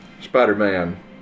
Spider-Man